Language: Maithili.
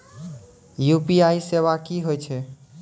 यु.पी.आई सेवा की होय छै?